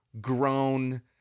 grown